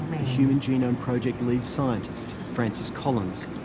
the human genome project lead scientist, francis collins,